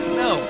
no